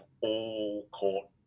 all-court